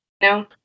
No